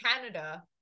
Canada